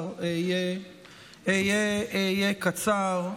אהיה קצר.